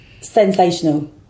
sensational